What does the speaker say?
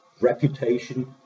reputation